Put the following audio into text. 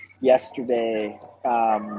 yesterday